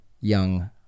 young